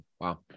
Wow